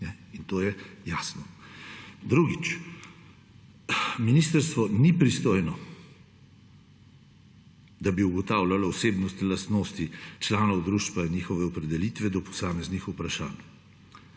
In to je jasno. Drugič, ministrstvo ni pristojno, da bi ugotavljalo osebnostne lastnostni članov društva in njihove opredelitve do posameznih vprašanj.